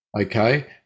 Okay